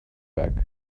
back